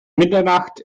mitternacht